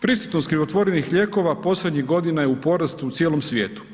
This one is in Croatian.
Prisutnost krivotvorenih lijekova posljednjih godina je u porastu u cijelom svijetu.